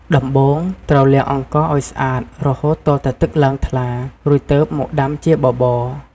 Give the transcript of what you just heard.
ដំបូងត្រូវលាងអង្ករឱ្យស្អាតរហូតទាល់តែទឹកឡើងថ្លា រួចទើបមកដាំជាបបរ។